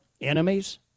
enemies